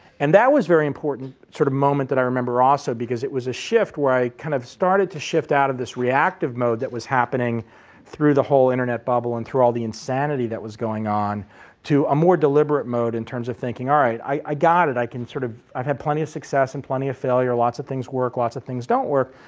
and that was a very important sort of moment that i remember also because it was a shift where i kind of started to shift out of this reactive reactive mode that was happening through the whole internet bubble and through all the insanity that was going on to a more deliberate mode in terms of thinking, alright i got it, i can sort of i've had plenty of success and plenty of failure, lots of things work, lots of things don't work.